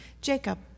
Jacob